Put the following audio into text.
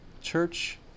church